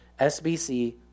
SBC